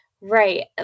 Right